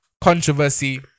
controversy